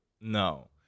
No